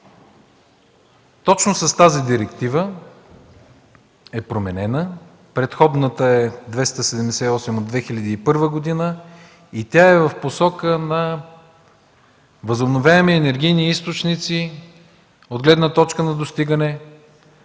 точно с тази директива е променена, предходната е 278 от 2001 г. и тя е в посока на възобновяеми енергийни източници от гледна точка на достигане